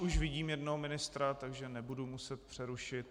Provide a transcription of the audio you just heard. Už vidím jednoho ministra, takže nebudu muset přerušit.